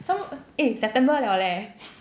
some more eh september liao leh